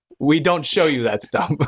we don't show you that stuff. but